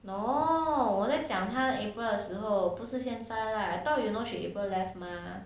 no 我在讲她 april 的时候不是现在 right I thought you know she april left mah